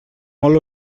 molt